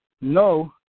no